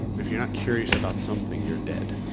if you're not curious about something you're dead.